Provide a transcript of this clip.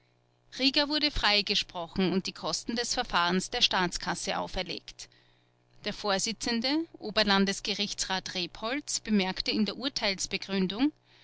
rieger wurde freigesprochen und die kosten des verfahrens der staatskasse auferlegt der vorsitzende oberlandesgerichtsrat rebholz bemerkte in der urteilsbegründung